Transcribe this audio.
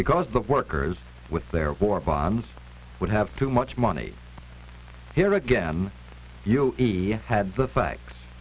because the workers with their war bonds would have too much money here again you had the facts